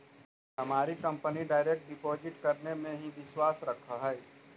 हमारी company direct deposit करने में ही विश्वास रखअ हई